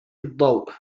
الضوء